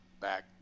back